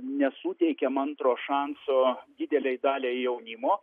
nesuteikiam antro šanso didelei daliai jaunimo